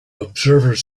observers